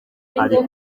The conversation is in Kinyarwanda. ariko